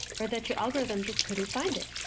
or that your algorithm just couldn't find it?